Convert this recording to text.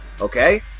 Okay